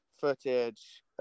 footage